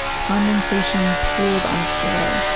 condensation pooled on the floor,